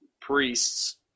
priests